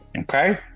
okay